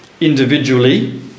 individually